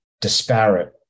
disparate